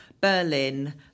Berlin